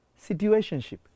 Situationship